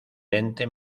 lente